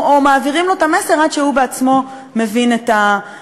או מעבירים לו את המסר עד שהוא בעצמו מבין את המסר?